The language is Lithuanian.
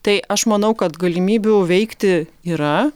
tai aš manau kad galimybių veikti yra